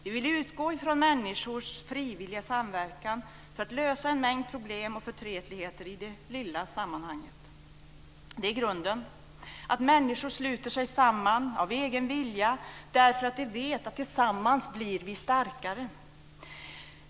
Vi vill utgå från människors frivilliga samverkan för att lösa en mängd problem och förtretligheter i det lilla sammanhanget. Grunden är att människor sluter sig samman därför att vi vet att vi blir starkare tillsammans.